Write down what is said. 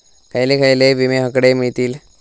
खयले खयले विमे हकडे मिळतीत?